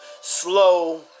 slow